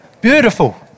Beautiful